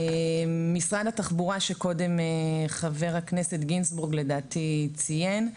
משרד התחבורה שקודם ח"כ גינזבורג לדעתי ציין,